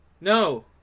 No